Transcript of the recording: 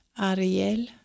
Ariel